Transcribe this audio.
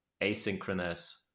asynchronous